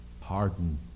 Pardon